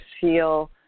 feel